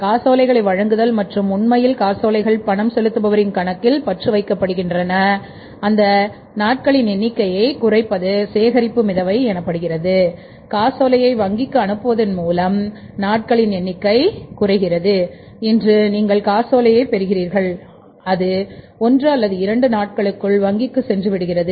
காசோலைகளை வழங்குதல் மற்றும் உண்மையில் காசோலைகள் பணம் செலுத்துபவரின் கணக்கில் பற்று வைக்கப்படுகின்றன நாட்களின் எண்ணிக்கையை குறைப்பதுசேகரிப்பு மிதவை எனப்படுகிறது காசோலையை வங்கிக்கு அனுப்புவதன் மூலம் நாட்களின் எண்ணிக்கை குறைகிறது இன்று நீங்கள் காசோலையைப் பெற்றீர்கள் அது 1 அல்லது 2 நாட்களுக்குள் வங்கிக்குச் சென்று விடுகிறது